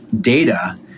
data